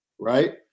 Right